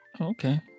Okay